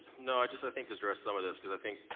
no, i just i think to address some of this because i think